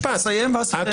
תסיים ואז תיתן לי להתייחס.